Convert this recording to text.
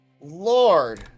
Lord